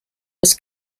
was